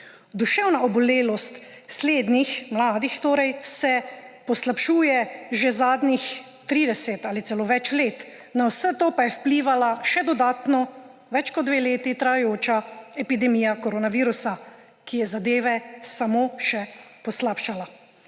Duševna obolelost slednjih, mladih torej, se poslabšuje že zadnjih 30 ali celo več let, na vse to pa je vplivala še dodatno več kot dve leti trajajoča epidemija koronavirusa, ki je zadeve samo še poslabšala,